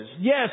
Yes